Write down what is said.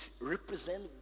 represent